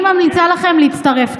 אני ממליצה לכם להצטרף.